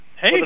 Hey